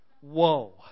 whoa